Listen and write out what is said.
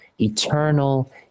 eternal